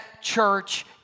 church